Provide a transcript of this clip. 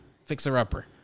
Fixer-upper